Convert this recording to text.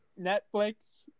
netflix